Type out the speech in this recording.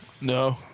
No